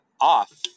off